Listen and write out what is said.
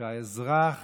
שהאזרח